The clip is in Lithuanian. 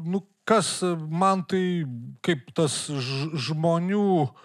nu kas man tai kaip tas ž žmonių